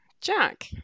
Jack